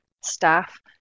staff